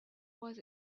was